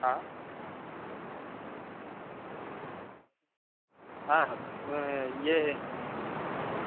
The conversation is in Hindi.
हाँ मैं यह